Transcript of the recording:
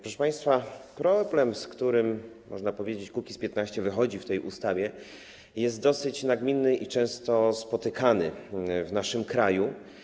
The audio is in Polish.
Proszę państwa, problem, z którym, można powiedzieć, Kukiz’15 wychodzi w tej ustawie, jest dosyć nagminny i często spotykany w naszym kraju.